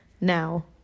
now